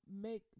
make